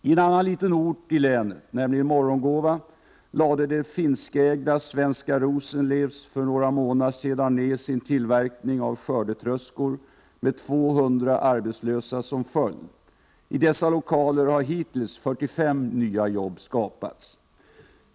På en annan liten ort i länet, nämligen Morgongåva, lade det finskägda Svenska Rosenlew för några månader sedan ned sin tillverkning av skördetröskor, vilket fick till följd att 200 personer blev arbetslösa. I dessa lokaler har hittills 45 nya jobb skapats.